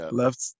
left